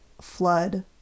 flood